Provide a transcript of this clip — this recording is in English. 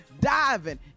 diving